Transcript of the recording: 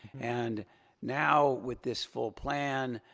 and now with this full plan,